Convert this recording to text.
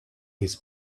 his